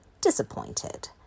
disappointed